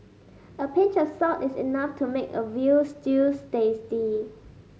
a pinch of salt is enough to make a veal stew tasty